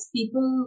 people